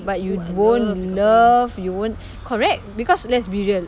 but you won't love you won't correct because let's be real